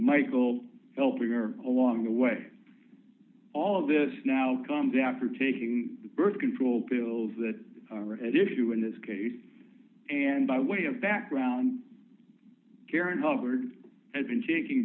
michael helping her along the way all this now comes after taking birth control pills that are at issue in this case and by way of background karen harvard has been taking